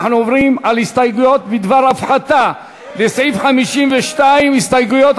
אנחנו עוברים להסתייגויות בדבר הפחתה לסעיף 52. הסתייגויות,